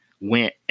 went